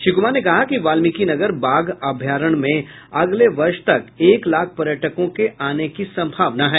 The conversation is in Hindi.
श्री कुमार ने कहा कि वाल्मीकिनगर बाघ अभ्यारण्य में अगले वर्ष तक एक लाख पर्यटकों के आने की संभावना है